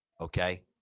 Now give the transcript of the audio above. Okay